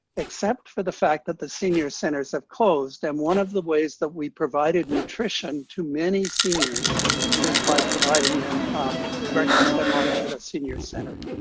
except for the fact that the senior centers have closed. and one of the ways that we provided nutrition to many seniors is by providing them breakfast and lunch at a senior center.